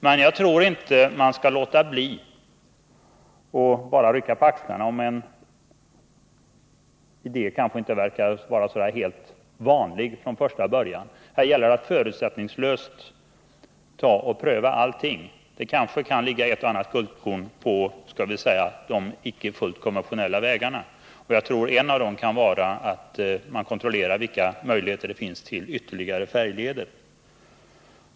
Men jag tror inte att man bara skall rycka på axlarna och låta bli att göra någonting, om en idé från första början inte verkar helt vanlig. Här gäller det att förutsättningslöst pröva allting. Det kanske kan ligga ett och annat guldkorn på låt mig säga de icke helt konventionella vägarna, och jag tror att en av möjligheterna kan vara att pröva vilka förutsättningar som finns för ytterligare färjeleder.